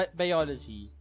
biology